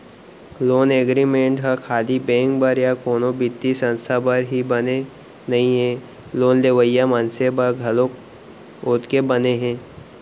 loan agreement ह खाली bank बर या कोनो बित्तीय संस्था बर ही बने नइ हे लोन लेवइया मनसे बर घलोक ओतके बने हे